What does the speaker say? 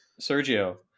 Sergio